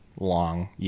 long